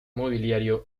mobiliario